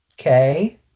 okay